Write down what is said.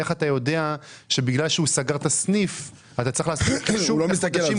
איך אתה יודע שהייתה ירידת מחזורים בגלל שהוא סגר את הסניף?